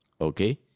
okay